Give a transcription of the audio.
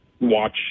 watch